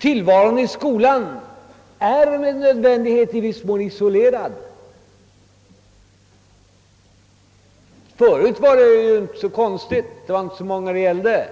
tillvaron i skolan med nödvändighet i viss mån är isolerad. Förut var det inte så konstigt — det var inte så många det gällde.